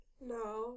No